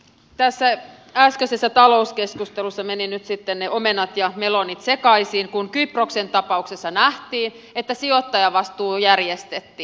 tässä äskeisessä talouskeskustelussa menivät nyt sitten ne omenat ja melonit sekaisin kun kyproksen ta pauksessa nähtiin että sijoittajavastuu järjestettiin